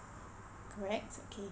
correct okay